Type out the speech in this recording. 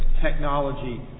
technology